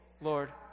Lord